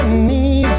knees